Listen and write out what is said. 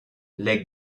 les